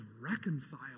reconcile